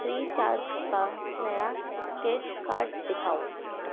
free charge کا نیا sketch card دکھاؤ